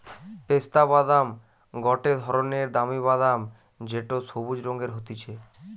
পেস্তা বাদাম গটে ধরণের দামি বাদাম যেটো সবুজ রঙের হতিছে